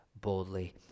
boldly